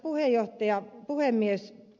arvoisa puhemies